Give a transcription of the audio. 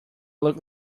look